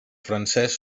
francès